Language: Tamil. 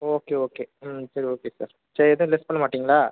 ஓகே ஓகே சரி ஓகே சார் சரி ஏதும் லெஸ் பண்ணமாட்டீங்களா